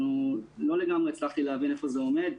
לא לגמרי הצלחתי להבין איפה זה עומד.